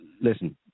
listen